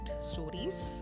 stories